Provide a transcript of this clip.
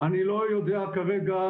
אני לא יודע כרגע,